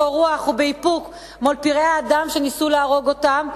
בקור רוח ובאיפוק מול פראי אדם שניסו להרוג אותם.